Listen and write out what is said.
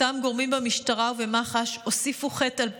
אותם גורמים במשטרה ובמח"ש הוסיפו חטא על פשע,